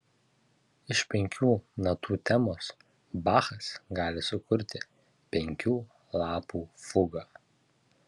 iš penkių natų temos bachas gali sukurti penkių lapų fugą